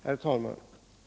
Herr talman!